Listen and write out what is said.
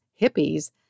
hippies